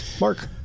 Mark